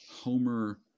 Homer